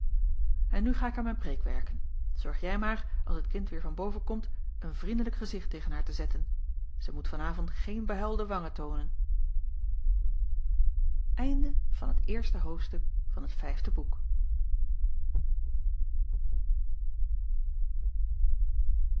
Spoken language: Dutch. en nu ga ik aan mijn preek werken zorg jij maar als het kind weêr van boven komt een vriendelijk gezicht tegen haar te zetten zij moet van avond geen behuilde wangen toonen jacob van